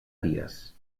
dies